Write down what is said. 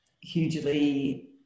hugely